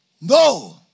No